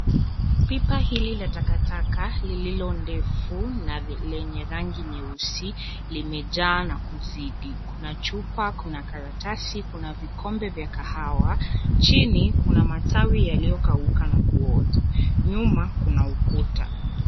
Pipa hili la takataka lililo ndefu na lenye rangi nyeusi limejaa na kuzidi. Kuna chupa, kuna karatasi, na kuna vikombe vya kahawa. Chini, kuna matawi yaliokauka na kuoza. Nyuma, kuna ukuta.